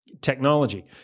technology